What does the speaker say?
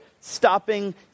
stopping